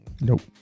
Nope